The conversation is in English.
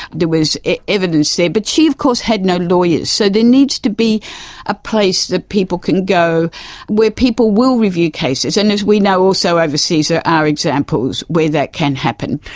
there was evidence there, but she of course had no lawyers. so there needs to be a place that people can go where people will review cases. and as we know also overseas there are examples where that can happen.